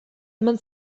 eman